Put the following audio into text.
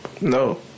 No